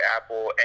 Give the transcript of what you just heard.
Apple